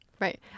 Right